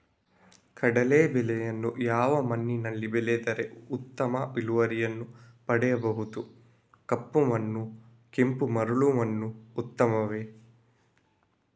ಕಡಲೇ ಬೆಳೆಯನ್ನು ಯಾವ ಮಣ್ಣಿನಲ್ಲಿ ಬೆಳೆದರೆ ಉತ್ತಮ ಇಳುವರಿಯನ್ನು ಪಡೆಯಬಹುದು? ಕಪ್ಪು ಮಣ್ಣು ಕೆಂಪು ಮರಳು ಮಣ್ಣು ಉತ್ತಮವೇ?